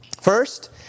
First